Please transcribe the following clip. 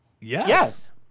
Yes